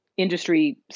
industry